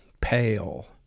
pale